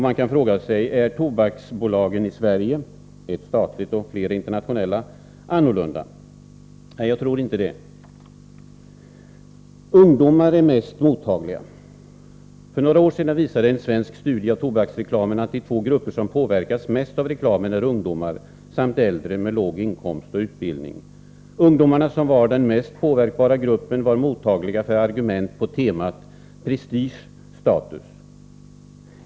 Man kan fråga sig: Är tobaksbolagen i Sverige, ett statligt och flera internationella, annorlunda? Nej, jag tror inte det! Ungdomar är mest mottagliga. För några år sedan visade en svensk studie av tobaksreklamen att de två grupper som påverkas mest av reklamen är ungdomar samt äldre med låg inkomst och utbildning. Ungdomarna, som var den mest påverkbara gruppen, var mottagliga för argument på temat Prestige-status.